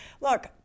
look